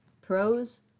Pros